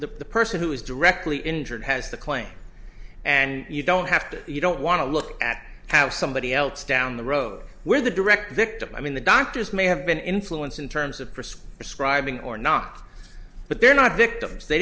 the person who is directly injured has to claim and you don't have to you don't want to look at how somebody else down the road where the direct victim i mean the doctors may have been influenced in terms of percent describing or not but they're not victims they